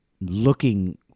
looking